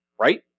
right